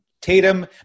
Tatum